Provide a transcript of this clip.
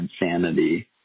insanity